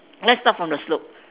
let's start from the slope